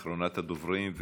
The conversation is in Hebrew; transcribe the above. אחרונת הדוברים,